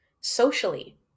socially